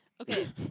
Okay